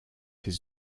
his